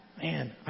Man